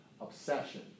obsession